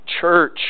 church